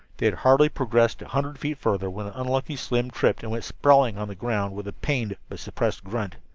they had hardly progressed a hundred feet further when the unlucky slim tripped and went sprawling on the ground with a pained but suppressed grunt.